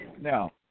Now